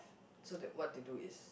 so the what they do is